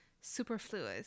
superfluous